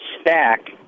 stack